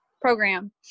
program